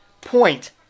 point